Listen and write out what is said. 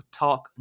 talk